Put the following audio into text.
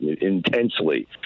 intensely